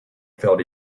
felt